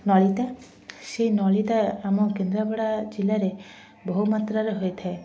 ନଳିତା ସେଇ ନଳିତା ଆମ କେନ୍ଦ୍ରାପଡ଼ା ଜିଲ୍ଲାରେ ବହୁମାତ୍ରାରେ ହୋଇଥାଏ